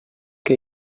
que